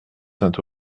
saint